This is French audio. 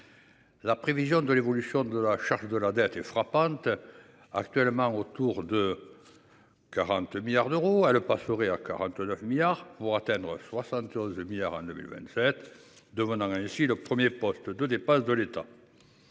La prévision de l'évolution de la charge de la dette est frappante. Actuellement autour de. 40 milliards d'euros à le passerai à 49 milliards pour atteindre 75 milliards en 2027, devenant ainsi le 1er poste de dépenses de l'État.